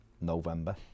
November